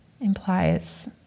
implies